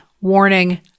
warning